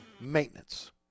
Maintenance